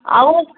அவங்க